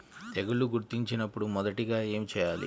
తెగుళ్లు గుర్తించినపుడు మొదటిగా ఏమి చేయాలి?